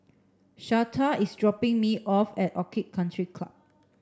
Shasta is dropping me off at Orchid Country Club